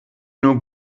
nur